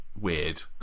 weird